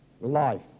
life